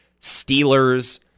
Steelers